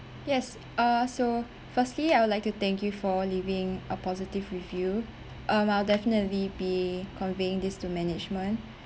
yes uh so firstly I would like to thank you for leaving a positive review um I'll definitely be conveying this to management